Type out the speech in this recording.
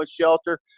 shelter